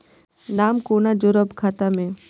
नाम कोना जोरब खाता मे